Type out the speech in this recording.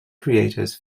creators